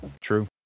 True